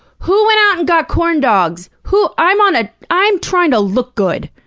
who went out and got corn dogs? who i'm on a i'm trying to look good!